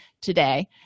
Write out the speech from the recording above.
today